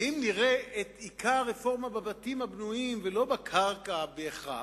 ואם נראה את עיקר הרפורמה בבתים הבנויים ולא בקרקע בהכרח,